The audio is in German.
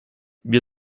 wir